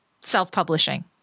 self-publishing